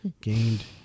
Gained